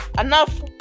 enough